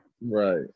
Right